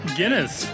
Guinness